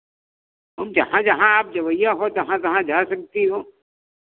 अब जहाँ जहाँ आप जवइया होए तहाँ तहाँ जाए सकती हो